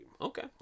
Okay